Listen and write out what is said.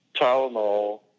Tylenol